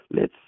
Let